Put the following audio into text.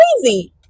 crazy